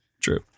True